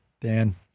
Dan